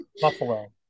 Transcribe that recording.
Buffalo